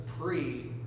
pre